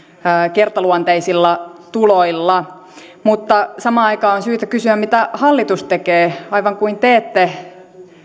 kertaluonteisilla tuloilla mutta samaan aikaan on syytä kysyä mitä hallitus tekee aivan kuin te ette